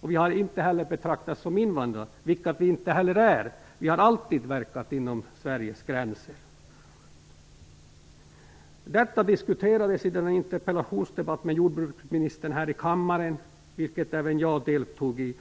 och inte heller som invandrare, vilket vi inte heller är. Vi har alltid verkat inom Sveriges gränser. Detta diskuterades i en interpellationsdebatt med jordbruksministern här i kammaren, vilken även jag deltog i.